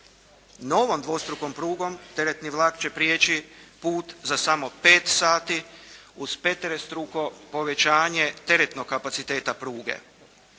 Novom dvostrukom prugom teretni vlak će prijeći put za samo pet sati uz peterostruko povećanje teretnog kapaciteta pruge.